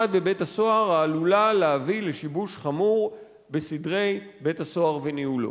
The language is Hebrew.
במשמעת בבית-הסוהר העלולה להביא לשיבוש חמור בסדרי בית-הסוהר וניהולו".